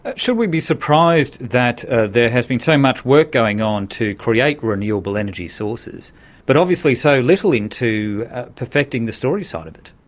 should we be surprised that there has been so much work going on to create renewable energy sources but obviously so little into perfecting the storage side of it?